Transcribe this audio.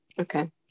Okay